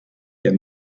der